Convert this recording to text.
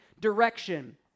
direction